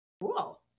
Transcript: Cool